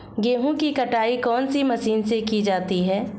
गेहूँ की कटाई कौनसी मशीन से की जाती है?